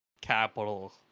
capital